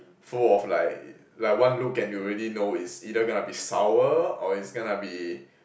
full of like like one look and you already know it's either gonna be sour or it's gonna be